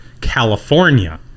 California